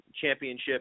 championship